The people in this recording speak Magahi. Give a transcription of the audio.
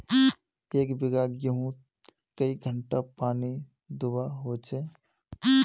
एक बिगहा गेँहूत कई घंटा पानी दुबा होचए?